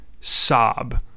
sob